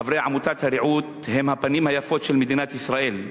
חברי עמותת "הרעות" הם הפנים היפות של מדינת ישראל,